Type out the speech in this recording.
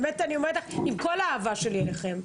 באמת אני אומרת לך, עם כל האהבה שלי אליכם.